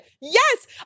Yes